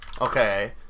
Okay